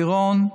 מירון,